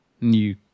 new